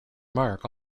mark